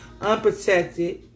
unprotected